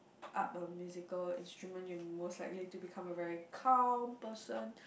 up a musical instrument you most likely to become a very calm person